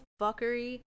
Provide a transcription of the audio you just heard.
fuckery